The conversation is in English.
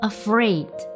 Afraid